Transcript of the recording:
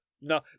No